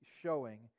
showing